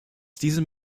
diesem